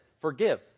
forgive